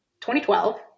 2012